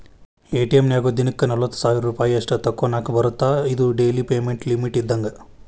ATM ನ್ಯಾಗು ದಿನಕ್ಕ ನಲವತ್ತ ಸಾವಿರ್ ರೂಪಾಯಿ ಅಷ್ಟ ತೋಕೋನಾಕಾ ಬರತ್ತಾ ಇದು ಡೆಲಿ ಪೇಮೆಂಟ್ ಲಿಮಿಟ್ ಇದ್ದಂಗ